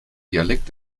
dialekt